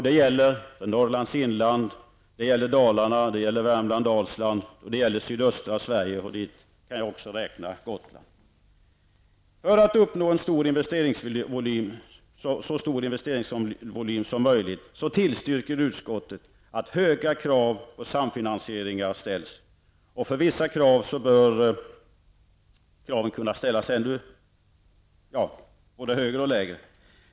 Det gäller Norrlands inland, Dalarna, Värmland Dalsland och sydöstra Sverige, dit också Gotland får räknas. För att uppnå så stor investeringsvolym som möjligt tillstyrker utskottet att höga krav på samfinansieringslösningar ställs. För vissa projekt bör kravet kunna ställas lägre.